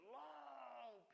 long